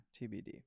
TBD